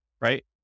right